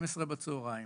ב-12:00 בצוהריים,